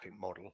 model